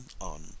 on